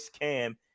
Cam